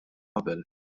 qabel